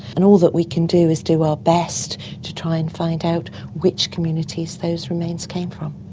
and all that we can do is do our best to try and find out which communities those remains came from.